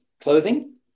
clothing